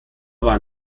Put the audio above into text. waren